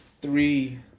three